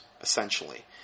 essentially